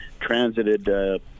transited